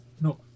No